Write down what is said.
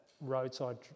roadside